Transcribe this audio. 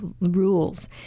rules